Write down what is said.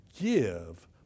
give